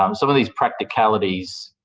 um some of these practicalities